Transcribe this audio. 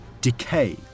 decay